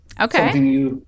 Okay